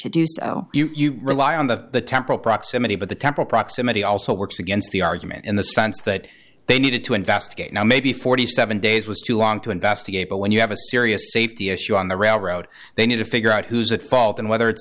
do so you rely on the temporal proximity but the temporal proximity also works against the argument in the sense that they needed to investigate now maybe forty seven days was too long to investigate but when you have a serious safety issue on the railroad they need to figure out who's at fault and whether it's